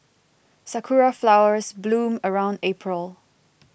sakura flowers bloom around April